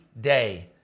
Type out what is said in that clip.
day